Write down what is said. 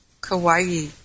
Kauai